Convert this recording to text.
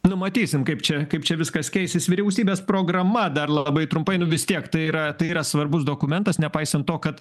nu matysim kaip čia kaip čia viskas keisis vyriausybės programa dar labai trumpai nu vis tiek tai yra tai yra svarbus dokumentas nepaisant to kad